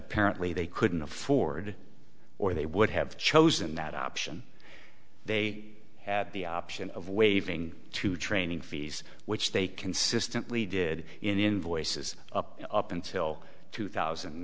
apparently they couldn't afford or they would have chosen that option they had the option of waiving to training fees which they consistently did in invoices up until two thousand